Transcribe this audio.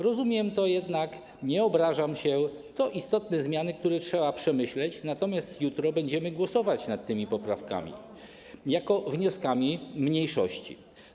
Rozumiem to jednak, nie obrażam się, to istotne zmiany, które trzeba przemyśleć, natomiast jutro będziemy głosować nad tymi poprawkami jako wnioskami mniejszości.